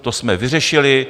To jsme vyřešili.